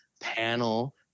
panel